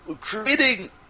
creating